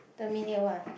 terminate what